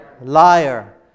Liar